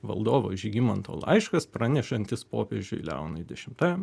valdovo žygimanto laiškas pranešantis popiežiui leonui dešimtajam